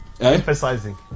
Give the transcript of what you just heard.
emphasizing